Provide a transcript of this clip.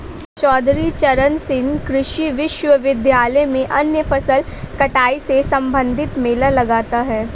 चौधरी चरण सिंह कृषि विश्वविद्यालय में अन्य फसल कटाई से संबंधित मेला लगता है